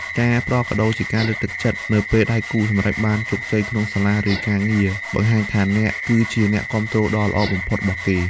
ការផ្ដល់កាដូជាការលើកទឹកចិត្តនៅពេលដៃគូសម្រេចបានជោគជ័យក្នុងសាលា ឬការងារ បង្ហាញថាអ្នកគឺជាអ្នកគាំទ្រដ៏ល្អបំផុតរបស់គេ។